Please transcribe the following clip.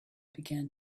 began